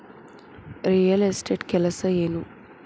real estate ಕೆಲಸ ಏನು